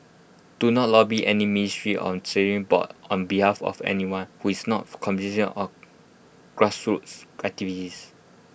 do not lobby any ministry or board on behalf of anyone who is not constituent or grassroots activist